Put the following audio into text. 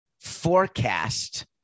forecast